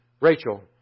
Rachel